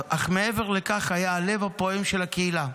אך מעבר לכך הוא היה הלב הפועם של הקהילה.